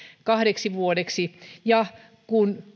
kahdeksi vuodeksi ja kun